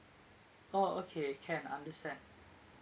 oh okay can understand